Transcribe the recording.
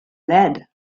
lead